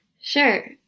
Sure